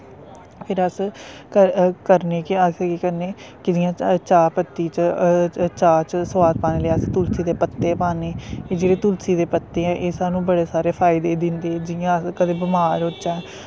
फिर अस करने केह् अस केह् करने कि जि'यां चाह् पत्ती च चाह् च सोआद पाने लेई अस तुलसी दे पत्ते पान्ने जेह्ड़े तुलसी दे पत्ते ऐ एह् सानूं बड़े सारे फायदे दिंदे जि'यां अस कदैं बमार होच्चै